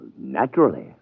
naturally